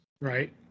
right